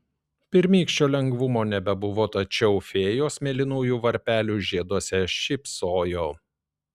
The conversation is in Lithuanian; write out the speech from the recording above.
pirmykščio lengvumo nebebuvo tačiau fėjos mėlynųjų varpelių žieduose šypsojo